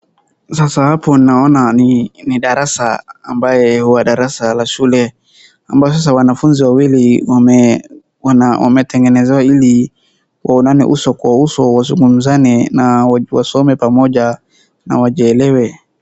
Sasa hapo naona ni darasa ambaye huwa ni darasa la shule ambayo sasa wananafuzi wawili wametengenezewa ili waonane uso kwa uso, wazungumzane na wasome pamoja na wajielewe.